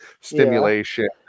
stimulation